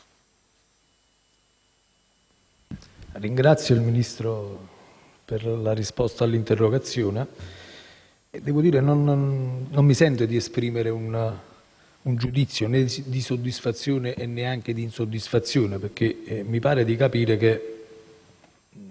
ringrazio il Vice Ministro per la risposta all'interrogazione e devo dire che non mi sento di esprimere un giudizio, né di soddisfazione né di insoddisfazione, perché mi sembra di capire che